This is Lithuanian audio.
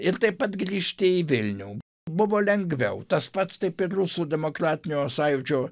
ir taip pat grįžti į vilnių buvo lengviau tas pats taip ir rusų demokratinio sąjūdžio